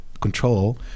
control